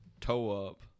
toe-up